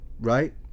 Right